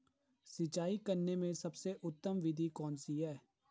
सिंचाई करने में सबसे उत्तम विधि कौन सी है?